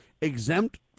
exempt